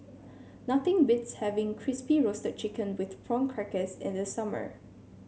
nothing beats having Crispy Roasted Chicken with Prawn Crackers in the summer